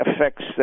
affects